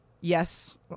yes